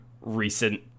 recent